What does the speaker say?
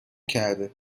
کرده